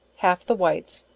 half the whites,